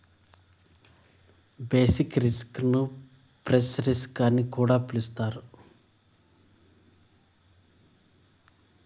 basic risk ను price risk అని కూడా పిలుత్తారు